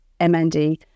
MND